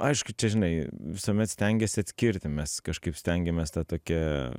aišku žinai visuomet stengiesi atskirti mes kažkaip stengiamės tą tokią